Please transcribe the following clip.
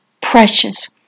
precious